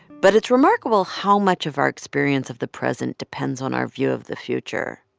but it's remarkable how much of our experience of the present depends on our view of the future.